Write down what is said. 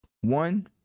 one